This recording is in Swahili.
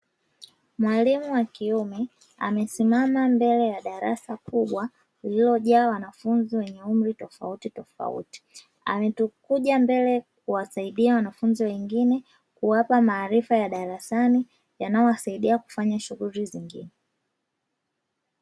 Mwalimu wa kiume amesimama mbele ya darasa kubwa lililojaa wanafunzi wenye umri tofautitofauti, amekuja mbele kuwasaidia wanafunzi wengine kuwapa maarifa ya darasani yanayowasaidia kufanya shughuli zingine.